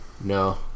No